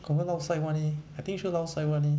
confirm lao sai [one] leh I think sure lao sai [one]